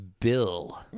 Bill